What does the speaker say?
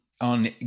on